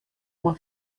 uma